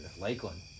Lakeland